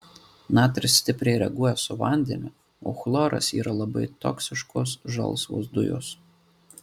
natris stipriai reaguoja su vandeniu o chloras yra labai toksiškos žalsvos dujos